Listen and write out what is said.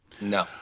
No